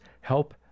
help